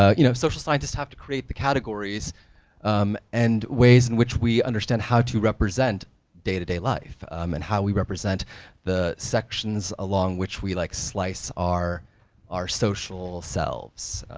you know, social scientists have to create the categories um and ways in which we understand how to represent day-to-day life. um and how we represent the sections along which we like, slice our our social selves,